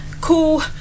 Cool